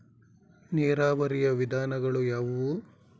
ನೀರಾವರಿಯ ವಿಧಾನಗಳು ಯಾವುವು?